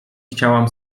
chciałam